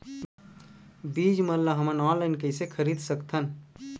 बीज मन ला हमन ऑनलाइन कइसे खरीद सकथन?